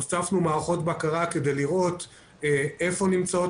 הוספנו מערכות בקרה כדי לראות איפה נמצאות